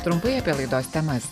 trumpai apie laidos temas